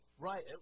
Right